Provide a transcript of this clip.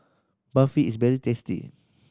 Barfi is very tasty